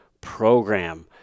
program